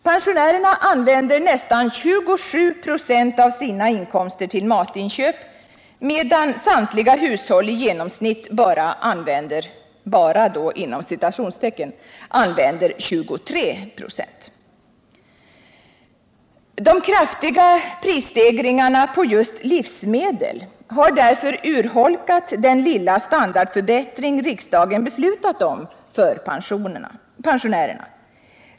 Pensionärerna använder nästan 27 96 av sina inkomster till matinköp, medan samtliga hushåll i genomsnitt ”bara” använder 23 96. De kraftiga prisstegringarna på just livsmedel har därför urholkat den lilla standardförbättring riksdagen beslutade om för pensionärerna.